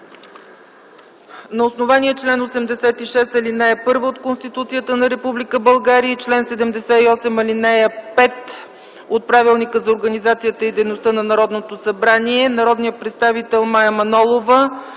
На основание чл. 86, ал. 1 от Конституцията на Република България и чл. 78, ал. 5 от Правилника за организацията и дейността на Народното събрание народният представител Мая Манолова